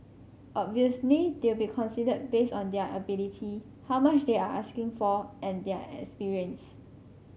obviously they'll be considered based on their ability how much they are asking for and their experience